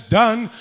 done